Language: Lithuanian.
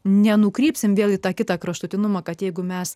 nenukrypsime vėl į tą kitą kraštutinumą kad jeigu mes